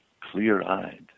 clear-eyed